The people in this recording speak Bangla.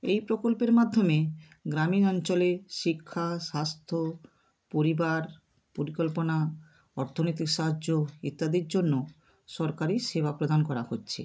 এই প্রকল্পের মাধ্যমে গ্রামীণ অঞ্চলের শিক্ষা স্বাস্থ্য পরিবার পরিকল্পনা অর্থনৈতিক সাহায্য ইত্যাদির জন্য সরকারি সেবা প্রদান করা হচ্ছে